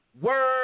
word